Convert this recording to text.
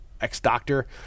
ex-doctor